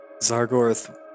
zargorth